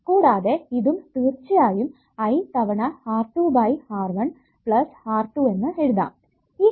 കൂടാതെ ഇതും തീർച്ചയായും I തവണ R2 by R1 plus R2 എന്ന് എഴുതാം